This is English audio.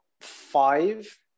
five